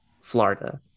Florida